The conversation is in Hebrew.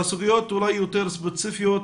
בסוגיות אולי יותר ספציפיות,